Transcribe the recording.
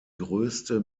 größte